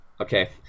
Okay